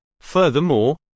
Furthermore